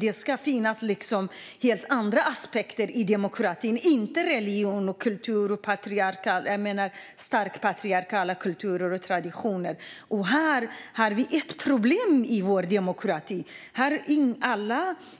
Det ska finnas helt andra aspekter i demokratin, inte religion eller starka patriarkala kulturer och traditioner. Här har vi ett problem i vår demokrati.